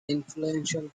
influential